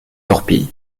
torpille